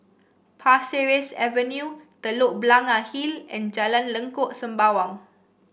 Pasir Ris Avenue Telok Blangah Hill and Jalan Lengkok Sembawang